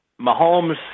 Mahomes